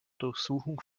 durchsuchung